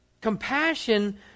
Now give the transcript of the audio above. compassion